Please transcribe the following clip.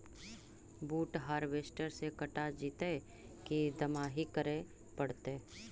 बुट हारबेसटर से कटा जितै कि दमाहि करे पडतै?